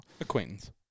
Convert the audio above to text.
Acquaintance